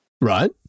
Right